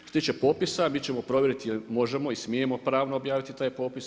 Što se tiče popisa mi ćemo provjeriti jel' možemo i smijemo pravno objaviti taj popis.